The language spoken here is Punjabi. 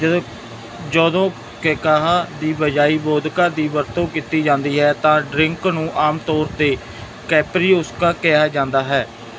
ਜਦੋਂ ਕੈਕਾਹਾ ਦੀ ਬਜਾਏ ਵੋਦਕਾ ਦੀ ਵਰਤੋਂ ਕੀਤੀ ਜਾਂਦੀ ਹੈ ਤਾਂ ਡ੍ਰਿੰਕ ਨੂੰ ਆਮ ਤੌਰ 'ਤੇ ਕੈਪਰੀਓਸਕਾ ਕਿਹਾ ਜਾਂਦਾ ਹੈ